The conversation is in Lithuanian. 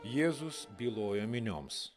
jėzus bylojo minioms